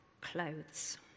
clothes